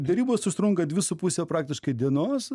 derybos užtrunka dvi su puse praktiškai dienos